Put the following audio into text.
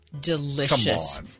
Delicious